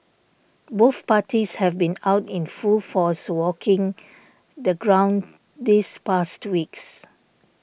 both parties have been out in full force walking the ground these past weeks